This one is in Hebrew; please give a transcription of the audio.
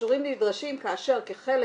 האישורים נדרשים כאשר כחלק